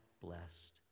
blessed